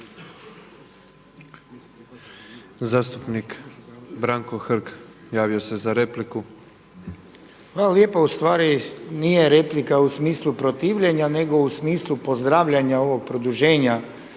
Zastupnik Branko Hrg, javio se za repliku. **Hrg, Branko (HDS)** Hvala lijepo. Ustvari nije replika u smislu protivljenja nego u smislu pozdravljanja ovog produženja